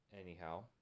anyhow